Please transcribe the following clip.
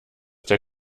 der